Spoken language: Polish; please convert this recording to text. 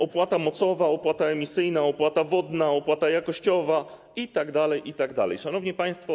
Opłata mocowa, opłata emisyjna, opłata wodna, opłata jakościowa itd., itd. Szanowni Państwo!